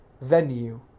venue